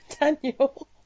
daniel